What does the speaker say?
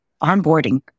onboarding